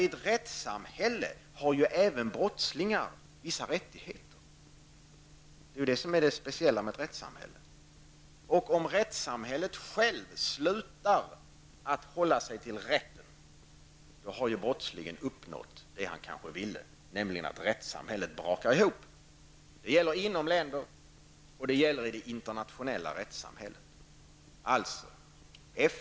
I ett rättssamhälle har även brottslingar vissa rättigheter, det är ju det som är det speciella med ett rättssamhälle. Om rättssamhället självt slutar hålla sig rätten har ju brottslingen uppnått det han kanske ville, nämligen att rättssamhället brakar ihop. Detta gäller såväl inom länder som i det internationella rättssamhället.